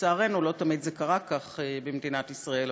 לצערנו זה לא תמיד קרה כך במדינת ישראל,